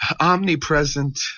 Omnipresent